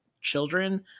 children